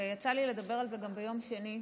ויצא לי לדבר על זה גם ביום שני,